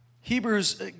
Hebrews